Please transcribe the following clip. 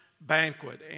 banquet